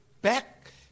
back